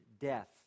death